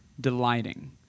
delighting